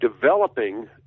developing